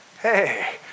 Hey